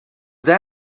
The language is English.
there